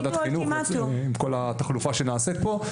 עם כל התחלופה שנעשית פה.